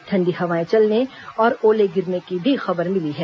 ठंडी हवाएं चलने और ओले गिरने की भी खबर मिली है